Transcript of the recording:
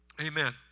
Amen